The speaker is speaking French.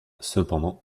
cependant